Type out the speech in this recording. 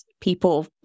people